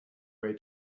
way